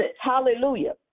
hallelujah